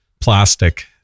plastic